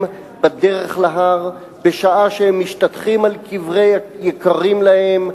בדרך להר בשעה שהם משתטחים על קברי יקרים להם,